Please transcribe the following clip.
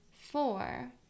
four